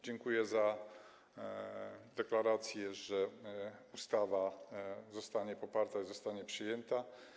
Dziękuję za deklarację, że ustawa zostanie poparta i przyjęta.